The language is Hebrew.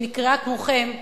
שנקראה כמוכם לדגל.